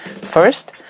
First